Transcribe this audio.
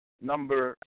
number